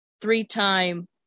three-time